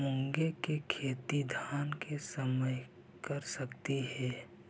मुंग के खेती धान के समय कर सकती हे?